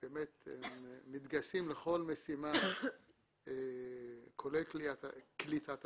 הם באמת מתגייסים לכל משימה כולל קליטת עלייה.